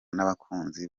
n’abakunzi